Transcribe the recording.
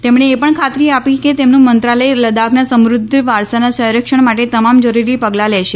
તેમણે એ પણ ખાતરી આપી કે તેમનું મંત્રાલય લદ્દાખના સમૃદ્ધ વારસા ના સંરક્ષણ માટે તમામ જરૂરી પગલાં લેશે